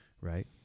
right